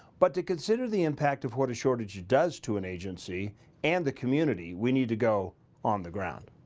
but to consider the impact of what a shortage does to an agency and the community, we need to go on the ground.